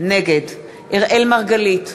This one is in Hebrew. נגד אראל מרגלית,